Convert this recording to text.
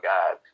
God